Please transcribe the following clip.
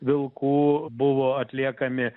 vilkų buvo atliekami